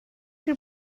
bir